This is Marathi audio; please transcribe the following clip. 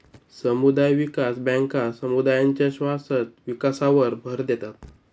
समुदाय विकास बँका समुदायांच्या शाश्वत विकासावर भर देतात